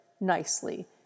nicely